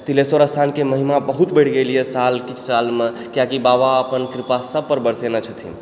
तिल्हेश्वर स्थानके महिमा बहुत बढ़ि गेल यऽ साल किछु सालमे कियाकि बाबा अपन कृपा सबपर बरसेने छथिन